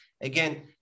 again